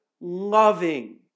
loving